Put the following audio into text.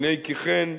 הנה כי כן,